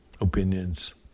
opinions